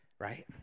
right